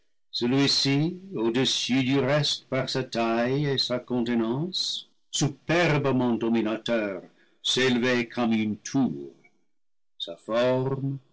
celui-ci au-dessus du reste par sa taille et sa contenance superbement dominateur s'élevait comme une tour sa forme